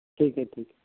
ٹھیک ہے ٹھیک ہے